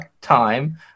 time